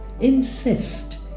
Insist